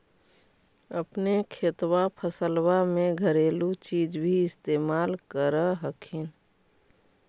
अपने खेतबा फसल्बा मे घरेलू चीज भी इस्तेमल कर हखिन?